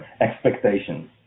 expectations